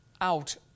out